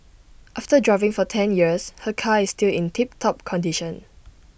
after driving for ten years her car is still in tip top condition